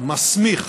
מסמיך